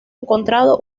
encontrado